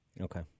Okay